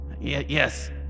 Yes